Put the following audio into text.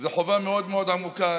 זו חובה מאוד מאוד עמוקה.